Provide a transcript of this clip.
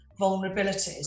vulnerabilities